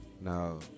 Now